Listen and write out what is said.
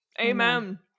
Amen